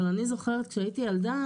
אבל אני זוכרת כשהייתי ילדה,